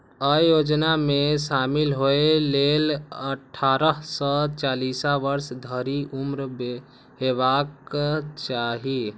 अय योजना मे शामिल होइ लेल अट्ठारह सं चालीस वर्ष धरि उम्र हेबाक चाही